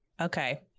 okay